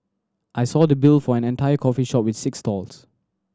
I saw the bill for an entire coffee shop with six stalls